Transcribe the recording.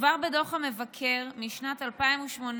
כבר בדוח מבקר המדינה משנת 2018,